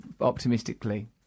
optimistically